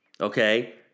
Okay